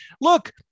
Look